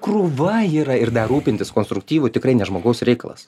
krūva yra ir dar rūpintis konstruktyvu tikrai ne žmogaus reikalas